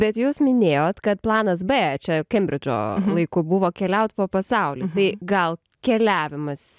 bet jūs minėjot kad planas bet čia kembridžo laiku buvo keliaut po pasaulį tai gal keliavimas